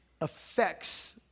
affects